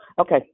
Okay